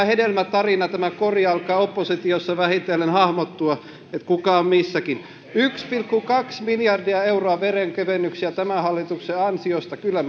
hedelmän tarina tämä kori ainakin alkaa oppositiossa vähitellen hahmottua että kuka on missäkin yksi pilkku kaksi miljardia euroa veronkevennyksiä tämän hallituksen ansiosta kyllä